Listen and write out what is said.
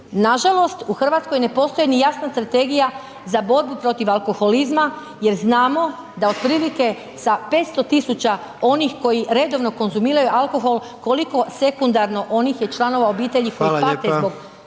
Nažalost, u RH ne postoji ni jasna strategija za borbu protiv alkoholizma jer znamo da otprilike sa 500 000 onih koji redovno konzumiraju alkohol, koliko sekundarno onih je članova obitelji koji pate zbog